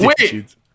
wait